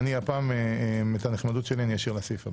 הפעם את הנחמדות שלי אני אשאיר לסעיף הבא.